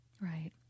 Right